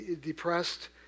depressed